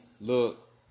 look